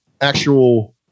actual